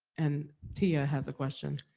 and tia has a question.